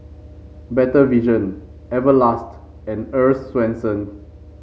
Better Vision Everlast and Earl's Swensens